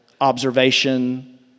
Observation